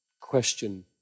question